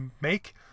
make